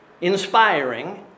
inspiring